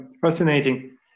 fascinating